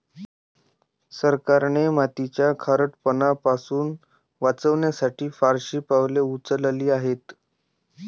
सरकारने मातीचा खारटपणा पासून वाचवण्यासाठी फारशी पावले उचलली आहेत